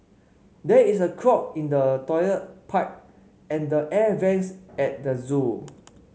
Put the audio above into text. there is a clog in the toilet pipe and the air vents at the zoo